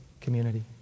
community